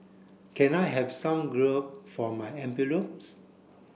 can I have some glue for my envelopes